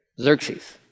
xerxes